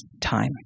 time